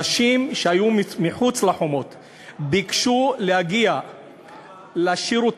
נשים שהיו מחוץ לחומות ביקשו להגיע לשירותים,